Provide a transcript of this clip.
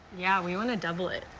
yeah we want to double it.